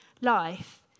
life